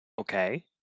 okay